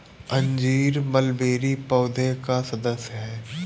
अंजीर मलबेरी पौधे का सदस्य है